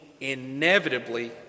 inevitably